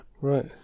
Right